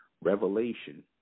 Revelation